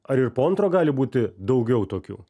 ar ir po antro gali būti daugiau tokių